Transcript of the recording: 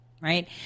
right